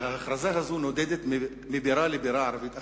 וההכרזה הזו נודדת מבירה לבירה ערבית אחרת.